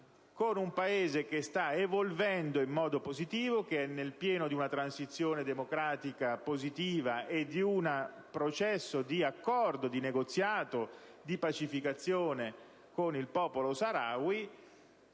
con un Paese che sta evolvendo in modo positivo, che è nel pieno di una transizione democratica positiva e di un processo di negoziato di pacificazione con il popolo saharawi,